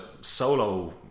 solo